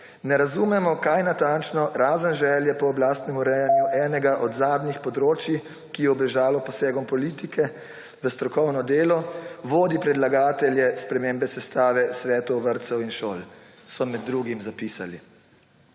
»Ne razumemo, kaj natančno, razen želje po oblastnem urejanju enega od zadnjih področij, ki je ubežalo posegom politike v strokovno delo, vodi predlagatelje spremembe sestave svetov vrtcev in šol,« so med drugim zapisali.